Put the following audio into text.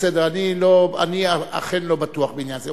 אני אכן לא בטוח בעניין זה.